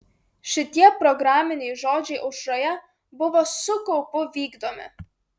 šitie programiniai žodžiai aušroje buvo su kaupu vykdomi